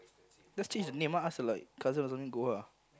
just change the name ah ask your like cousin or something go ah